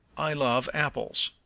i love apples.